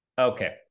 Okay